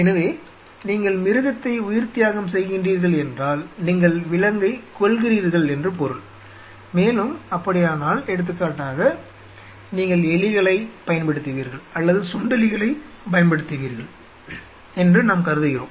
எனவே நீங்கள் மிருகத்தை உயிர்த்தியாகம் செய்கின்றீர்கள் என்றால் நீங்கள் விலங்கைக் கொல்கிறீர்கள் என்று பொருள் மேலும் அப்படியானால் எடுத்துக்காட்டாக நீங்கள் எலிகளைப் பயன்படுத்துவீர்கள் அல்லது சுண்டெலிகளைப் பயன்படுத்துவீர்கள் என்று நாம் கருதுகிறோம்